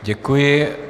Děkuji.